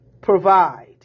provide